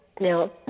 Now